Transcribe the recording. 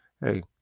hey